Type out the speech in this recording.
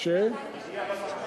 שהגיע בפגרה לאשר.